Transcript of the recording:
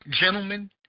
gentlemen